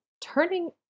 turning